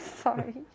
sorry